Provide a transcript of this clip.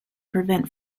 prevent